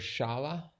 Shala